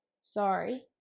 sorry